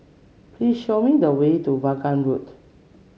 please show me the way to Vaughan Road